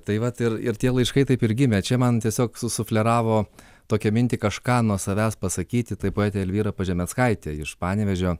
tai vat ir ir tie laiškai taip ir gimė čia man tiesiog susufleravo tokią mintį kažką nuo savęs pasakyti tai poetė elvyra pažemeckaitė iš panevėžio